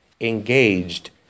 engaged